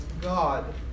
God